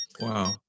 Wow